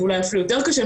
אין לי כלים,